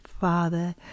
father